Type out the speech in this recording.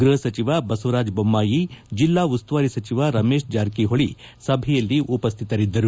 ಗೃಹಸಚಿವ ಬಸವರಾಜ ಬೊಮ್ಮಾಯಿ ಜಿಲ್ಲಾ ಉಸ್ತುವಾರಿ ಸಚಿವ ರಮೇಶ್ ಜಾರಕಿಹೊಳಿ ಸಭೆಯಲ್ಲಿ ಉಪಸ್ಥಿತರಿದ್ದರು